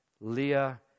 Leah